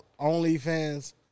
OnlyFans